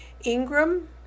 Ingram